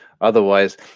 otherwise